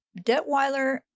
Detweiler